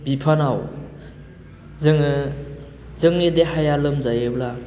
बिफानाव जोङो जोंनि देहाया लोमजायोब्ला